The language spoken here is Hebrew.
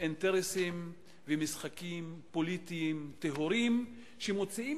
אינטרסים ומשחקים פוליטיים טהורים שמוציאים